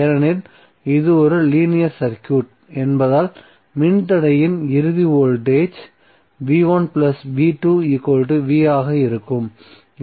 ஏனெனில் இது ஒரு லீனியர் சர்க்யூட் என்பதால் மின்தடையின் இறுதி வோல்டேஜ் ஆக இருக்கும்